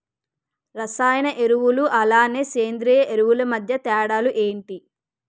రసాయన ఎరువులు అలానే సేంద్రీయ ఎరువులు మధ్య తేడాలు ఏంటి?